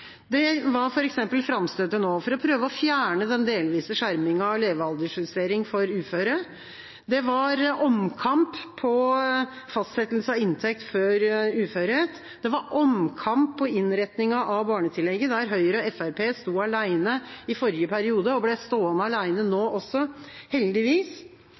Det var omkamp på spørsmålet om fastsettelse av inntekt før uførhet. Det var omkamp på innretninga av barnetillegget, der Høyre og Fremskrittspartiet sto alene i forrige periode og ble stående alene nå også, heldigvis.